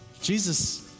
Jesus